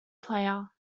player